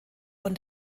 von